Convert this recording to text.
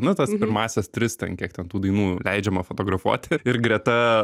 nu tas pirmąsias tris ten kiek ten tų dainų leidžiama fotografuoti ir greta